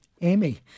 Amy